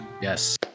yes